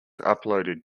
uploaded